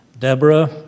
Deborah